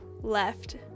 left